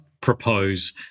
propose